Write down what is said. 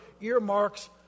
earmarks